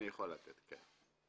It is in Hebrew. אני יכול לתת, כן.